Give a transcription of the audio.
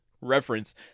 reference